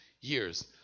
years